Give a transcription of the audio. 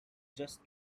just